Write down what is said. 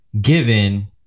given